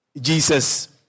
Jesus